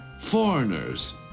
foreigners